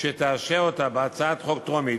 שתאשר אותה כהצעת חוק טרומית,